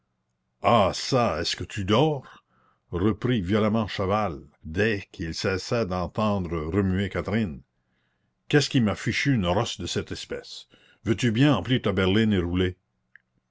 ah ça est-ce que tu dors reprit violemment chaval dès qu'il cessa d'entendre remuer catherine qui est-ce qui m'a fichu une rosse de cette espèce veux-tu bien emplir ta berline et rouler